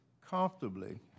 comfortably